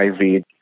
IV